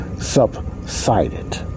subsided